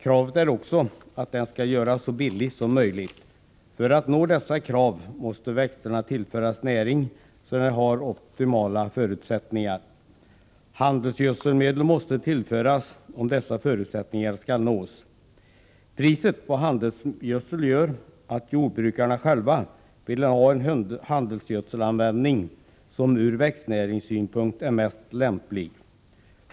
Kravet är också att detta skall göras så billigt som möjligt. För att jordbruket skall kunna uppfylla dessa krav måste växterna tillföras näring, så att optimala förutsättningar skapas. Handelsgödselmedel måste tillföras om detta skall kunna ske. Priset på handelsgödsel gör att jordbrukarna själva vill ha en handelsgödselanvändning som från växtnäringssynpunkt är mest lämplig.